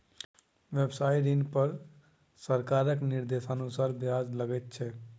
व्यवसायिक ऋण पर सरकारक निर्देशानुसार ब्याज लगैत छै